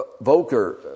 Volker